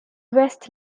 west